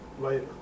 later